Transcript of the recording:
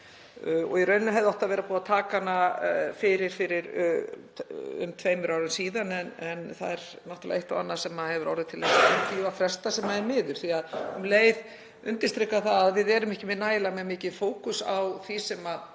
og í rauninni hefði átt að vera búið að taka hana fyrir fyrir um tveimur árum síðan en það er náttúrlega eitt og annað sem hefur orðið til þess að því var frestað, sem er miður því um leið undirstrikar það að við erum ekki með nægilega mikinn fókus á því sem ég